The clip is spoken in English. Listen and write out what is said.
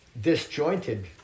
disjointed